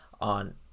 on